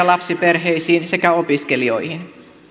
lapsiperheisiin sekä opiskelijoihin